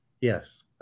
Yes